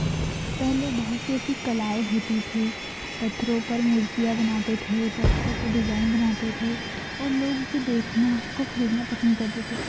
पहले बहुत से ऐसे कलाएँ होती थीं पत्थरों पर मूर्तियाँ बनाते थे पत्थरों पर डिजाईन बनाते थे और लोग उसे देखना उसको ख़रीदना पसंद करते थे